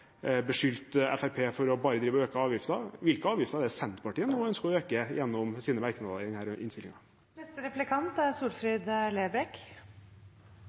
har beskyldt Fremskrittspartiet for bare å ville øke avgiftene. Hvilke avgifter er det Senterpartiet nå ønsker å øke gjennom sine merknader i denne innstillingen? Regjeringa har så langt kutta kraftig i arbeidsavklaringspengane, i bustøtta og i den